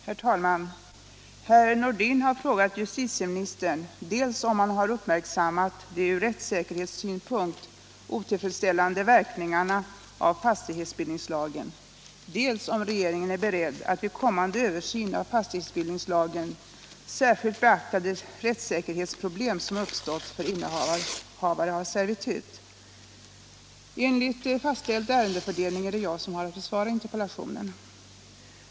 Herr talman! Herr Nordin har frågat justitieministern dels om han har uppmärksammat de ur rättssäkerhetssynpunkt otillfredsställande verkningarna av fastighetsbildningslagen, dels om regeringen är beredd att vid en kommande översyn av fastighetsbildningslagen särskilt beakta de rättssäkerhetsproblem som uppstått för innehavare av servitut. Enligt fastställd ärendefördelning är det jag som har att besvara interpellationen.